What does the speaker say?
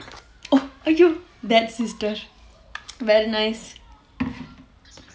oh !aiyo! that sister very nice